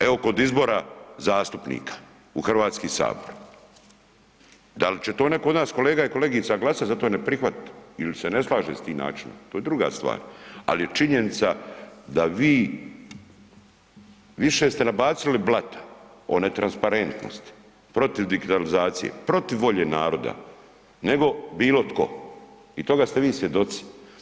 Evo, kod izbora zastupnika u Hrvatski sabor, da li će to netko od nas kolega i kolegica glasat za to i ne prihvatiti ili se ne slaže s tim načinom to je druga stvar, al je činjenica da vi više ste nabacili blata o netransparentnosti protiv digitalizacije, protiv volje naroda nego bilo tko i toga ste vi svjedoci.